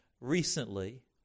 recently